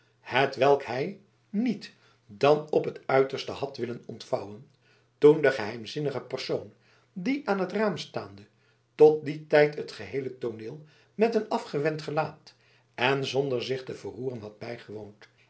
hetwelk hij niet dan op het uiterste had willen ontvouwen toen de geheimzinnige persoon die aan het raam staande tot dien tijd het geheele tooneel met een afgewend gelaat en zonder zich te verroeren had bijgewoond